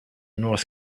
north